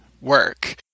work